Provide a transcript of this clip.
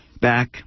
back